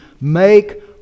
make